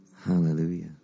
Hallelujah